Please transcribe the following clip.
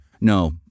no